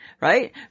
right